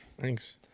Thanks